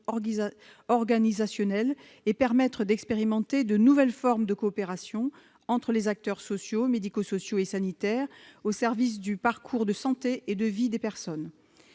organisationnelles et de permettre d'expérimenter de nouvelles formes de coopération entre les acteurs sociaux, médico-sociaux et sanitaires au service du parcours de santé et de vie des personnes